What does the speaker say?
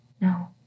no